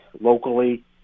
locally